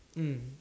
mm